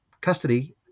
custody